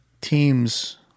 teams